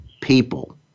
people